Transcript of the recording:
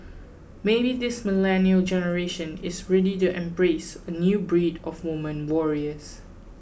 maybe this millennial generation is ready to embrace a new breed of women warriors